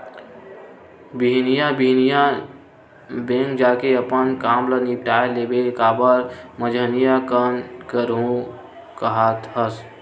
बिहनिया बिहनिया बेंक जाके अपन काम ल निपाट लेबे काबर मंझनिया कन करहूँ काहत हस